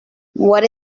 what